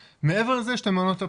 מעבר לזה יש את המעונות הפרטיים,